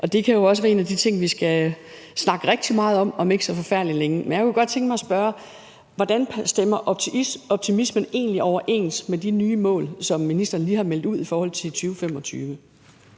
og det kan jo også være en af de ting, vi om ikke så forfærdelig længe skal snakke rigtig meget om. Jeg kunne godt tænke mig at spørge: Hvordan stemmer optimismen egentlig overens med de nye mål, som ministeren lige har meldt ud i forhold til 2025?